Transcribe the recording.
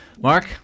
Mark